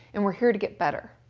and we're here to get better.